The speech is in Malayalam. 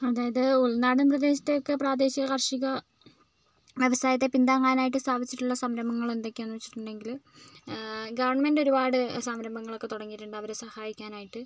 അതായത് ഉൾനാടൻ പ്രദേശത്തെയൊക്കെ പ്രാദേശിക കാർഷിക വ്യവസായത്തെ പിന്താങ്ങാനായിട്ട് സ്ഥാപിച്ചിട്ടുള്ള സംരംഭങ്ങൾ എന്തൊക്കെയാന്ന് വെച്ചിട്ടുണ്ടെങ്കിൽ ഗവൺമെന്റ് ഒരുപാട് സംരംഭങ്ങളൊക്കെ തുടങ്ങിയിട്ടുണ്ട് അവരെ സഹായിക്കാനായിട്ട്